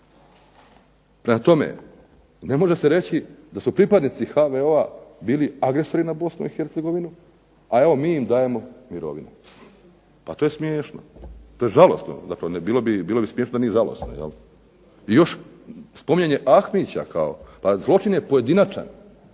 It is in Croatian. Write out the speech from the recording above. Prema tome, ne može se reći da su pripadnici HVO-a bili agresori na Bosnu i Hercegovinu, a evo mi im dajemo mirovinu. Pa to je smiješno, to je žalosno zapravo. Bilo bi smiješno da nije žalosno. I još spominjanje Ahmića kao, pa zločin je pojedinačan,